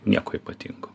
nieko ypatingo